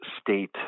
state